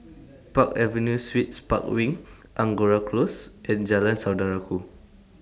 Park Avenue Suites Park Wing Angora Close and Jalan Saudara Ku